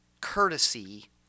courtesy